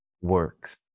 works